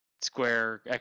square